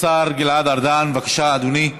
השר גלעד ארדן, בבקשה, אדוני.